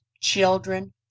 children